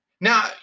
Now